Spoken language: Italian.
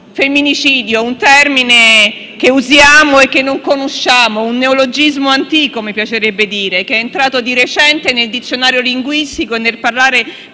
Femminicidio è un termine che usiamo e non conosciamo, un neologismo antico - mi piacerebbe dire - entrato di recente nel dizionario linguistico e nel parlare